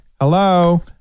Hello